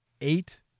eight